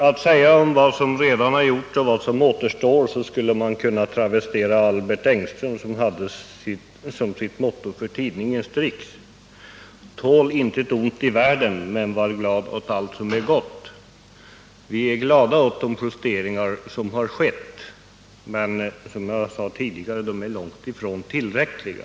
Beträffande vad som redan gjorts och vad som återstår skulle man kunna travestera Albert Engström, som hade som motto för tidningen Strix: Tål intet ont i världen, men var glad åt allt som är gott. Vi är glada åt de justeringar som har skett, men de är — som jag sade tidigare — långt ifrån tillräckliga.